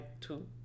two